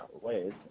Ways